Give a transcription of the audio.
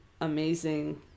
amazing